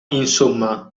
insomma